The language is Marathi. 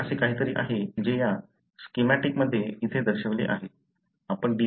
हे असे काहीतरी आहे जे या स्कीमॅटीकमध्ये इथे दर्शविले आहे